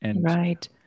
Right